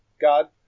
God